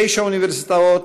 תשע אוניברסיטאות,